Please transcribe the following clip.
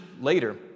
later